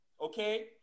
okay